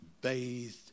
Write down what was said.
bathed